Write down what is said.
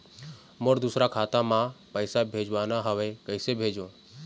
मोर दुसर खाता मा पैसा भेजवाना हवे, कइसे भेजों?